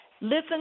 Listen